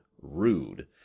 rude